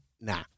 nah